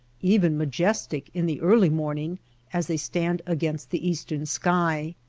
even majestic in the early morning as they stand against the eastern sky.